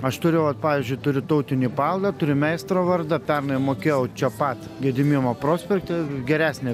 aš turiu vat pavyzdžiui turiu tautinį paveldą turiu meistro vardą pernai mokėjau čia pat gedimino prospekte geresnė biškį